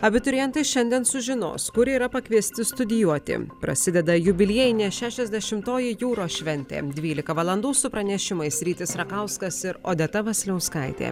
abiturientai šiandien sužinos kur yra pakviesti studijuoti prasideda jubiliejinė šešiasdešimtoji jūros šventė dvylika valandų su pranešimais rytis rakauskas ir odeta vasiliauskaitė